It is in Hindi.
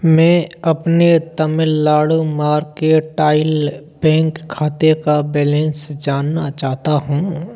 मैं अपने तमिलनाडु मार्केटाइल बैंक खाते का बैलेंस जानना चाहता हूँ